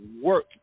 work